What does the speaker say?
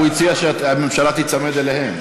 הוא הציע שהממשלה תיצמד אליהם,